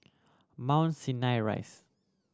Mount Sinai Rise